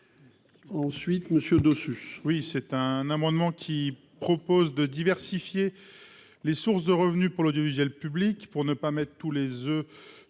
Ensuite, monsieur dessus. Oui, c'est un amendement qui propose de diversifier les sources de revenus pour l'audiovisuel public pour ne pas mettre tous les oeufs